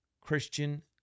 Christian